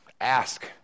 ask